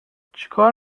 چیکار